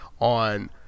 on